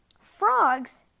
frogs